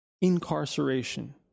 incarceration